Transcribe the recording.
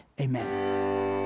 Amen